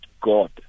God